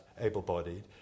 able-bodied